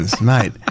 mate